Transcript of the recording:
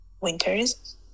winters